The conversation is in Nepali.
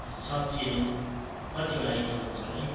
सब्जीहरू कतिवटा आइटम हुन्छ होला है